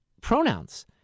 pronouns